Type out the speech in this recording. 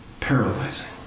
paralyzing